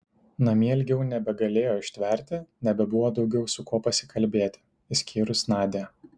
namie ilgiau nebegalėjo ištverti nebebuvo daugiau su kuo pasikalbėti išskyrus nadią